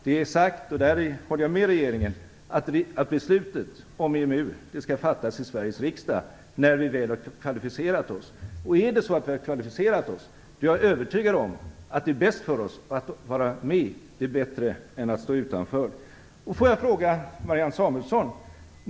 Det är sagt, och däri håller jag med regeringen, att beslutet om EMU skall fattas i Sveriges riksdag när vi väl har kvalificerat oss. Och om vi kvalificerar oss så är jag övertygad om att det är bättre för oss att vara med än att stå utanför. Jag vill ställa en fråga till Marianne Samuelsson.